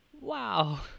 wow